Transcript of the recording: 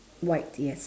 white yes